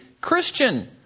Christian